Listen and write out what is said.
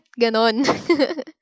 ganon